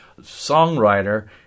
songwriter